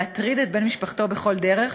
להטריד את בני משפחתו בכל דרך,